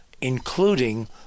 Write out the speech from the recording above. including